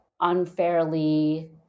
unfairly